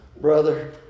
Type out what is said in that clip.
brother